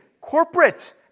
Corporate